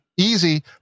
Easy